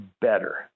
better